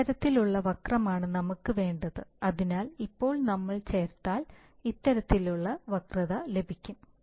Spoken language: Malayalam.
ഇത്തരത്തിലുള്ള വക്രമാണ് നമുക്ക് വേണ്ടത് അതിനാൽ ഇപ്പോൾ നമ്മൾ ചേർത്താൽ ഇത്തരത്തിലുള്ള വക്രത ലഭിക്കും